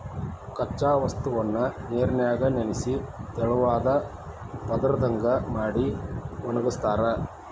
ಕಚ್ಚಾ ವಸ್ತುನ ನೇರಿನ್ಯಾಗ ನೆನಿಸಿ ತೆಳುವಾದ ಪದರದಂಗ ಮಾಡಿ ಒಣಗಸ್ತಾರ